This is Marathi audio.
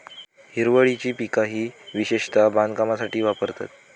हिरवळीची पिका ही विशेषता बांधकामासाठी वापरतत